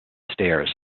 stairs